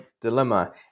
dilemma